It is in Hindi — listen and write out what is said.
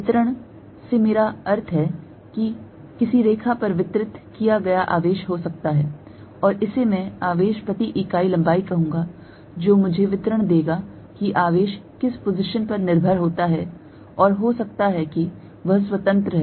वितरण से मेरा अर्थ है कि यह किसी रेखा पर वितरित किया गया आवेश हो सकता है और इसे मैं आवेश प्रति इकाई लंबाई कहूंगा जो मुझे वितरण देगा कि आवेश किस पोसिशन पर निर्भर होता है और हो सकता है कि वह स्वतंत्र है